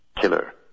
killer